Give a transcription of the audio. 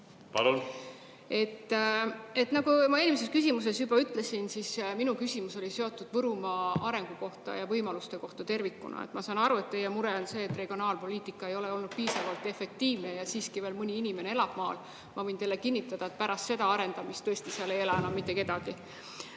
kustutada. Nagu ma eelmises küsimuses juba ütlesin, siis minu küsimus on Võrumaa arengu kohta ja võimaluste kohta tervikuna. Ma saan aru, et teie mure on see, et regionaalpoliitika ei ole olnud piisavalt efektiivne ja siiski mõni inimene elab veel maal. Ma võin teile kinnitada, et pärast seda arendamist seal tõesti ei ela enam mitte kedagi,